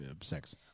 sex